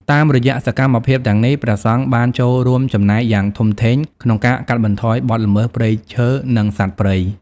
តាមរយៈសកម្មភាពទាំងនេះ ព្រះសង្ឃបានចូលរួមចំណែកយ៉ាងធំធេងក្នុងការកាត់បន្ថយបទល្មើសព្រៃឈើ និងសត្វព្រៃ។